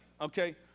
Okay